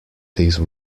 these